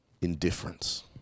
Indifference